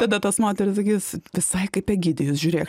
tada tos moterys sakys visai kaip egidijus žiūrėk